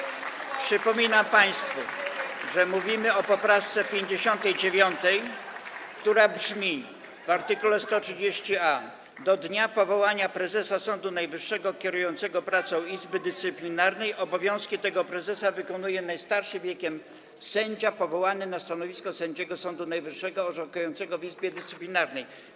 Proszę państwa, przypominam państwu, że mówimy o poprawce 59., która brzmi: W art. 130a do dnia powołania prezesa Sądu Najwyższego kierującego pracą Izby Dyscyplinarnej obowiązki tego prezesa wykonuje najstarszy wiekiem sędzia powołany na stanowisko sędziego Sądu Najwyższego orzekającego w Izbie Dyscyplinarnej.